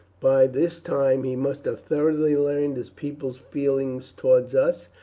by this time he must have thoroughly learned his people's feelings towards us.